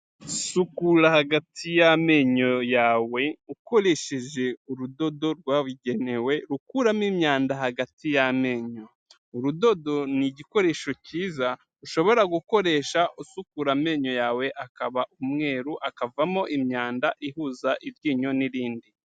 Sukura hagati y'amenyo yawe ukoresheje urudodo rwabugenewe rukuramo imyanda hagati y'amenyo, urudodo ni igikoresho cyiza ushobora gukoresha usukura amenyo yawe akaba umweru, akavamo imyanda ihuza iryinyo n'irindi.